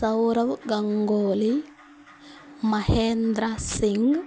Sourav Ganguly Mahendra Singh